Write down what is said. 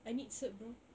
I need cert bro